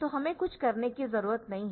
तो हमें कुछ करने की जरूरत नहीं है